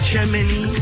Germany